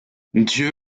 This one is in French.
dieu